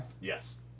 Yes